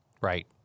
Right